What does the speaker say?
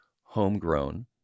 Homegrown